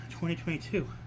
2022